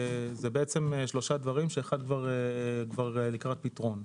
שלושה דברים שאחד כבר לקראת פתרון.